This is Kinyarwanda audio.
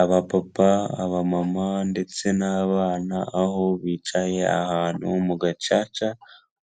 Abapapa, abamama ndetse n'abana, aho bicaye ahantu mu gacaca,